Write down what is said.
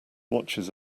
watches